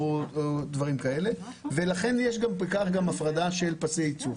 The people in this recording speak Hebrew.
לכן יש הפרדה של פסי ייצור.